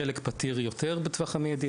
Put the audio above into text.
חלק יותר פתיר בטווח המיידי,